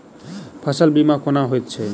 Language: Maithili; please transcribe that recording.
फसल बीमा कोना होइत छै?